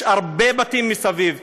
יש הרבה בתים מסביב,